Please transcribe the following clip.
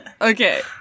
Okay